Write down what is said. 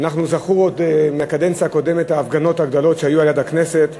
זכורות עוד מהקדנציה הקודמת ההפגנות הגדולות שהיו ליד הכנסת.